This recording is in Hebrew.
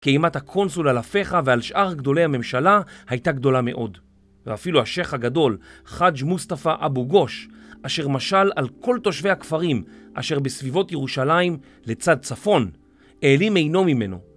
כי אם אתה קונסול על הפכה ועל שאר גדולי הממשלה הייתה גדולה מאוד. ואפילו השייך הגדול, חאג' מוסטפא אבו גוש, אשר משל על כל תושבי הכפרים אשר בסביבות ירושלים לצד צפון, העלים עיינו ממנו.